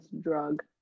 Drug